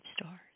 stars